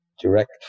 Direct